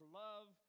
love